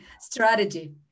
strategy